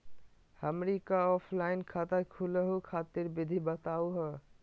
हमनी क ऑफलाइन खाता खोलहु खातिर विधि बताहु हो?